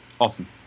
awesome